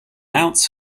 ounce